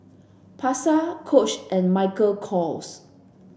Pasar Coach and Michael Kors